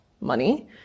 money